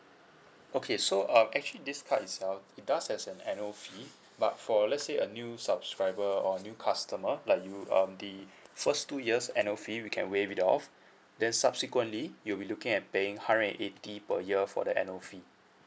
okay so um actually these cards itself it does have annual fee but for let's say a new subscriber or new customer like you um the first two years annual fee we can waive it off then subsequently you would be looking at paying hundred and eighty per year for that annual free